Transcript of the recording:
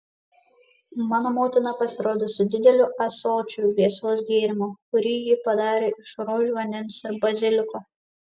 mano motina pasirodė su dideliu ąsočiu vėsaus gėrimo kurį ji padarė iš rožių vandens ir baziliko